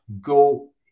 go